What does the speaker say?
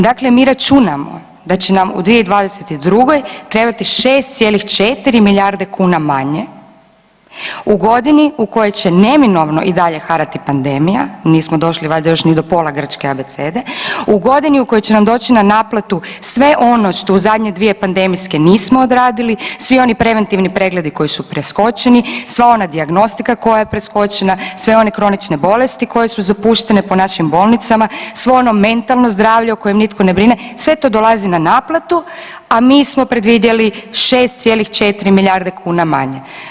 Dakle mi računamo da će nam u 2022. trebati 6,4 milijarde kuna manje u godini u kojoj će neminovno i dalje harati pandemija, nismo došli valjda još ni do pola grčke abecede, u godini u kojoj će nam doći na naplatu sve ono što u zadnje dvije pandemijske nismo odradili, svi oni preventivni pregledi koji su preskočeni, sva ona dijagnostika koja je preskočena, sve one kronične bolesti koje su zapuštene po našim bolnicama, svo ono mentalno zdravlje o kojem nitko ne brine, sve to dolazi na naplatu, a mi smo predvidjeli 6,4 milijarde kuna manje.